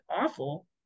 awful